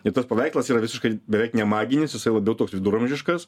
ir tas paveikslas yra visiškai beveik nemaginis jisai labiau toks viduramžiškas